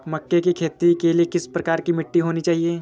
मक्के की खेती के लिए किस प्रकार की मिट्टी होनी चाहिए?